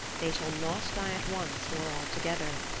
they shall not die at once nor all together.